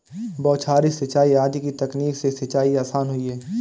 बौछारी सिंचाई आदि की तकनीक से सिंचाई आसान हुई है